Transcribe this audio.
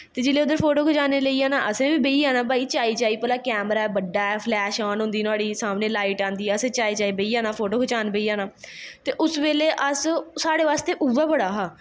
ते जिसलै उत्थें फोटो खचानें गी लेई जाना असैं बी बेही जाने भाई चाएं चाएं पला कैमरा बड्डा ऐ फ्लैश ऑन होंदी ही नोहाड़ी सामनें लाईट आई जंदी असें चाएं चाएं बेही जाना फोटो खचान ते उस बेल्ले साढ़े बास्ते उऐ बड़ा हा